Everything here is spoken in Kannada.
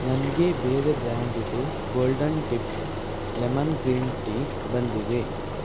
ನನಗೆ ಬೇರೆ ಬ್ರ್ಯಾಂಡಿದು golden tips lemon green tea ಬಂದಿದೆ